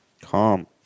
Calm